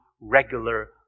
regular